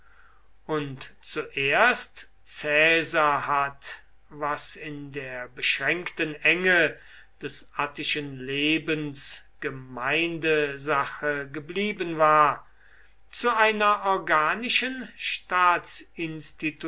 und zuerst caesar hat was in der beschränkten enge des attischen lebens gemeindesache geblieben war zu einer organischen